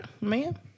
man